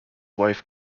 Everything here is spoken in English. wife